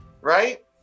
right